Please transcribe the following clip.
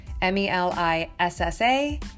M-E-L-I-S-S-A